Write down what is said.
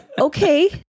Okay